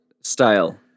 style